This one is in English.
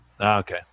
okay